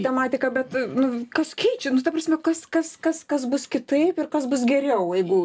tematika bet nu kas keičia nu ta prasme kas kas kas kas bus kitaip ir kas bus geriau jeigu